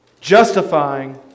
justifying